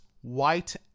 White